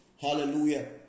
Hallelujah